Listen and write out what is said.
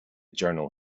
journal